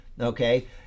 okay